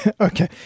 Okay